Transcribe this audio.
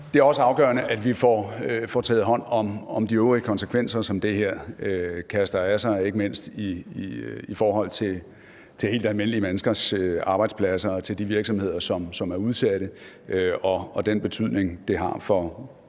Det er også afgørende, at vi får taget hånd om de øvrige konsekvenser, som det her kaster af sig, ikke mindst i forhold til helt almindelige menneskers arbejdspladser og til de virksomheder, som er udsatte, og den betydning, det har for